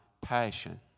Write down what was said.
passion